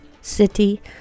city